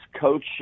coach